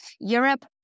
Europe